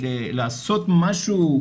לעשות משהו,